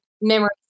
memory